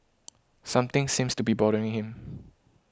something seems to be bothering him